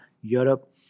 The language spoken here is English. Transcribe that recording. Europe